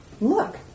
look